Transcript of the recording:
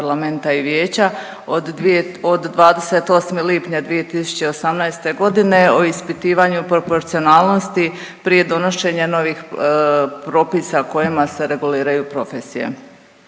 parlamenta i Vijeća od 20. lipnja 2018.g. o ispitivanju proporcionalnosti prije donošenja novih propisa kojima se reguliraju profesije.